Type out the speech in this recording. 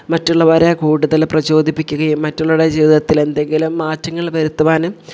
മറ്റുള്ളവരെ കൂടുതൽ പ്രചോദിപ്പിക്കുകയും മറ്റുള്ളവരുടെ ജീവിതത്തിൽ എന്തെങ്കിലും മാറ്റങ്ങൾ വരുത്തുവാനും